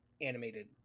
animated